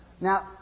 Now